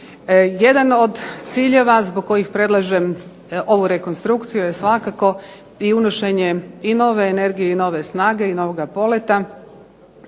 Jedan od ciljeva zbog kojih predlažem ovu rekonstrukciju je svakako i unošenje i nove energije i nove snage i novoga poleta.